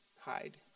hide